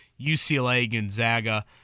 UCLA-Gonzaga